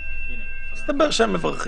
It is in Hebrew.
מה קורה במידה שלא המבוטח הוא שמשלם את